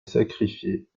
sacrifiée